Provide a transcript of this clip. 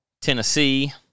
Tennessee